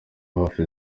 hafi